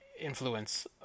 influence